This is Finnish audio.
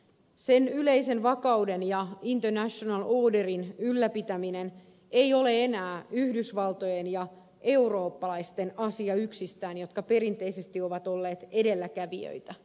sen yleisen vakauden ja international orderin ylläpitäminen ei ole enää yksistään yhdysvaltojen ja eurooppalaisten asia jotka perinteisesti ovat olleet edelläkävijöitä